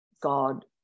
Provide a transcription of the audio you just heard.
God